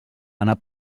anar